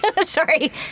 sorry